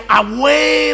away